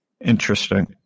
Interesting